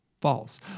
false